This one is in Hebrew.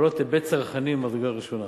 הן בעלות היבט צרכני מהמדרגה ראשונה,